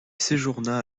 séjourna